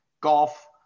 golf